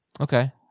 Okay